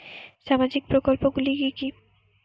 সামাজিক প্রকল্পগুলি কি কি?